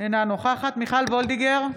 אינה נוכחת מיכל וולדיגר,